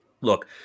look